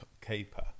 caper